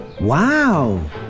Wow